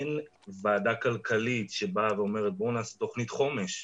אין ועדה כלכלית שבאה ואומרת בואו נעשה תוכנית חומש,